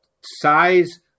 size